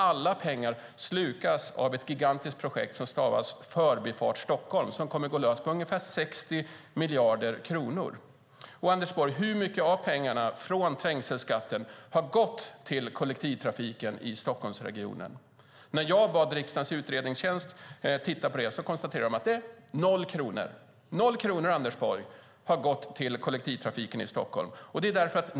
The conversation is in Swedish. Alla pengar slukas av ett gigantiskt projekt som heter Förbifart Stockholm, som kommer att gå lös på ungefär 60 miljarder kronor. Anders Borg! Hur mycket av pengarna från trängselskatten har gått till kollektivtrafiken i Stockholmsregionen? När jag bad riksdagens utredningstjänst titta på detta konstaterade de att det är noll kronor. Noll kronor, Anders borg, har gått till kollektivtrafiken i Stockholm.